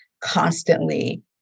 constantly